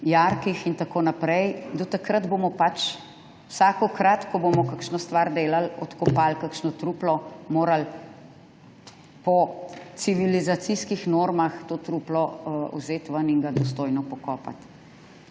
jarkih in tako naprej, do takrat bomo pač vsakokrat, ko bomo kakšno stvar delali, odkopali kakšno truplo in morali po civilizacijskih normah to truplo vzeti ven in ga dostojno pokopati.